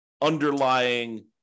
underlying